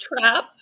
trap